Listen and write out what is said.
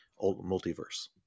multiverse